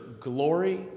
glory